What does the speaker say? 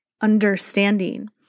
understanding